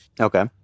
Okay